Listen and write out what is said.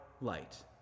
light